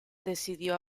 decidió